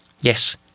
Yes